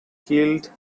killed